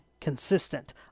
consistent